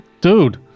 Dude